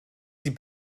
sie